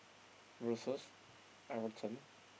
versus Everton